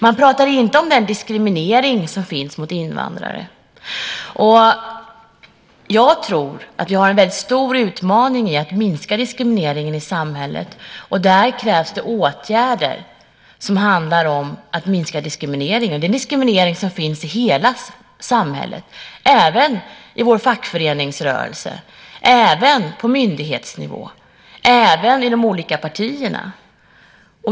Man pratar inte om den diskriminering som finns mot invandrare. Jag tror att vi har en väldigt stor utmaning i att minska diskrimineringen i samhället, och där krävs det åtgärder som handlar om att minska diskrimineringen. Det är en diskriminering som finns i hela samhället, även i vår fackföreningsrörelse, på myndighetsnivå och i de olika partierna.